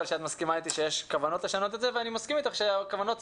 ואני חושב שאת מסכימה איתי שיש כוונות לשנות את זה,